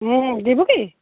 ଯିବୁ କି